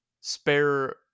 spare